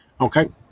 Okay